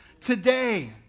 today